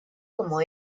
como